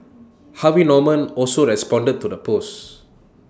Harvey Norman also responded to the post